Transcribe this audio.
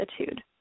attitude